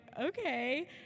okay